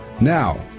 Now